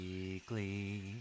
Weekly